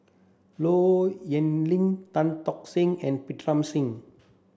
Low Yen Ling Tan Tock Seng and Pritam Singh